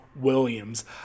Williams